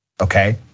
okay